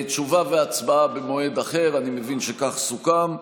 תשובה והצבעה, במועד אחר, אני מבין שכך סוכם.